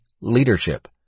leadership